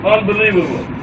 Unbelievable